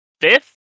fifth